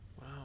Wow